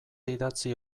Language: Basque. idatzi